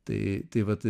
tai tai vat